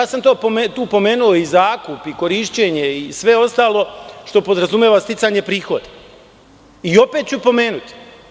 Tu sam pomenuo i zakup, korišćenje i sve ostalo što podrazumeva sticanje prihoda i opet ću pomenuti.